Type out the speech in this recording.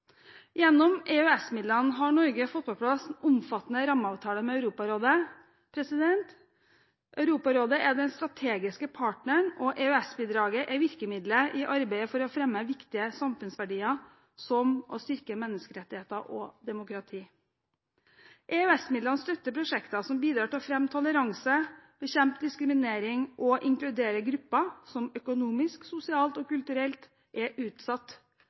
Gjennom EØS-midlene har Norge fått på plass en omfattende rammeavtale med Europarådet. Europarådet er den strategiske partneren, og EØS-bidraget er virkemidlet i arbeidet for å fremme viktige samfunnsverdier som å styrke menneskerettigheter og demokrati. EØS-midlene støtter prosjekter som bidrar til å fremme toleranse, bekjempe diskriminering og inkludere grupper som økonomisk, sosialt og kulturelt er utsatt,